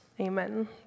Amen